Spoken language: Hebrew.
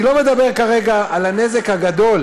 אני לא מדבר כרגע על הנזק הגדול